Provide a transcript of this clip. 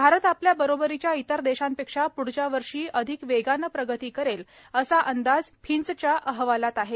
भारत आपल्या बरोबरीच्या इतर देशांपेक्षा पूढच्या वर्षी अधिक वेगाने प्रगती करेल असा अंदाज फिंचच्या अहवालात आहे